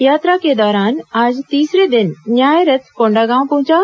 यात्रा के दौरान आज तीसरे दिन न्याय रथ कोंडागांव पहुंचा